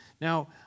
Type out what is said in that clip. Now